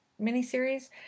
miniseries